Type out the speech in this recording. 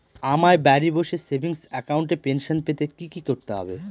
আমায় বাড়ি বসে সেভিংস অ্যাকাউন্টে পেনশন পেতে কি কি করতে হবে?